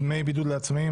(דמי בידוד לעצמאים),